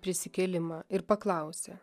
prisikėlimą ir paklausė